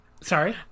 Sorry